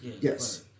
Yes